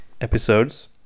episodes